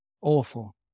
Awful